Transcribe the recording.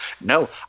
No